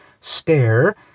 stare